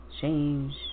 change